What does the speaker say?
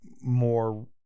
more